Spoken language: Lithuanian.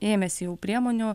ėmėsi jau priemonių